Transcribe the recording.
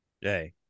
Hey